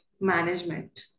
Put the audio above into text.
management